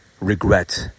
regret